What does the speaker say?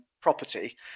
property